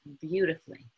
beautifully